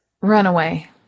Runaway